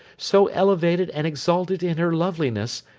so elevated and exalted in her loveliness,